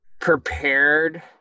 prepared